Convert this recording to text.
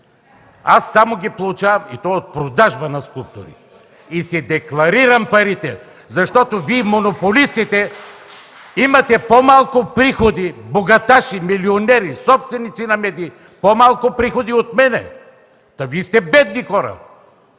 Аз само ги получавам, и то от продажба на скулптури. И си декларирам парите, защото Вие, монополистите, имате по-малко приходи – богаташи, милионери, собственици на медии, имате по-малко приходи от мен. Та Вие сте бедни хора!